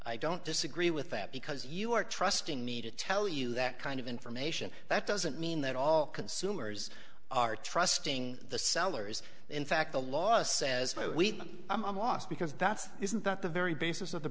i don't disagree with that because you are trusting me to tell you that kind of information that doesn't mean that all consumers are trusting the sellers in fact the law says i'm lost because that's isn't that the very basis of the